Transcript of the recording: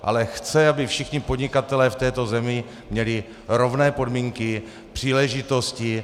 Ale chce, aby všichni podnikatelé v této zemi měli rovné podmínky, příležitosti.